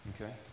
Okay